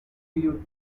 you